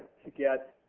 to get